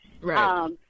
Right